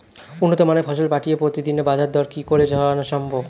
উন্নত মানের ফসল পাঠিয়ে প্রতিদিনের বাজার দর কি করে জানা সম্ভব?